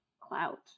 clout